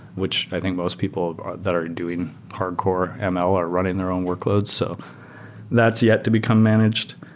which i think most people that are doing hard core ah ml are running their own workloads. so that's yet to become managed.